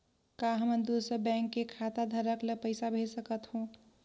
का हमन दूसर बैंक के खाताधरक ल पइसा भेज सकथ हों?